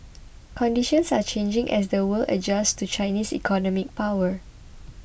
conditions are changing as the world adjusts to Chinese economic power